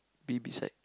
beside